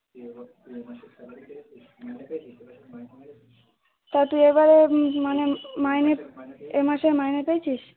তা তুই এবারে মানে মাইনে এ মাসের মাইনে পেয়েছিস